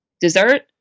dessert